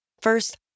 First